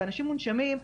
באנשים מונשמים,